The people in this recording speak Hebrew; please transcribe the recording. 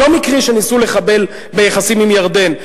לא מקרי שניסו לחבל ביחסים עם ירדן.